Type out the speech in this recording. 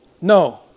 No